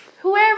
whoever